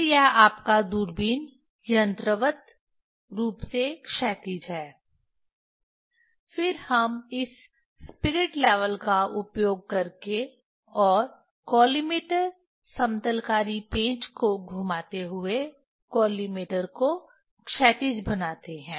फिर यह आपका दूरबीन यंत्रवत् रूप से क्षैतिज है फिर हम इस स्पिरिट लेवल का उपयोग करके और कॉलिमेटर समतलकारी पेंच को घुमाते हुए कॉलिमेटर को क्षैतिज बनाते हैं